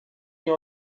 nie